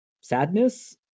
sadness